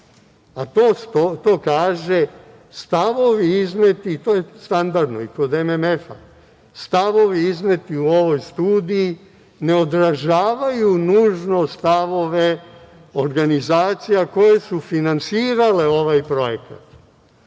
a to kažu stavovi izneti, i to je standardno i kod MMF-a, stavovi izneti u ovoj studiji ne odražavaju nužno stavove organizacija koje su finansirale ovaj projekat. Prema